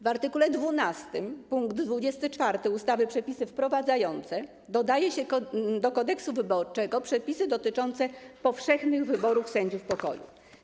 W art. 12 pkt 24 ustawy - Przepisy wprowadzające dodaje się do Kodeksu wyborczego przepisy dotyczące powszechnych wyborów sędziów pokoju.